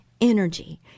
energy